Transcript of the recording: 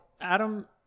Adam